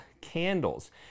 candles